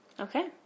Okay